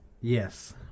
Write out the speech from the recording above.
Yes